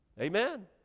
Amen